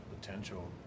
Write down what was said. potential